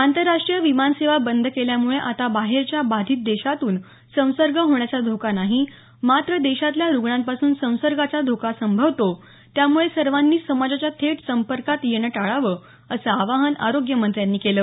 आंतरराष्टीय विमानसेवा बंद केल्यामुळे आता बाहेरच्या बाधित देशातून संसर्ग होण्याचा धोका नाही मात्र देशातल्या रुग्णांपासून संसर्गाचा धोका संभवतो त्यामुळे सर्वांनी समाजाच्या थेट संपर्कात येणं टाळावं असं आवाहन आरोग्यमंत्र्यांनी केलं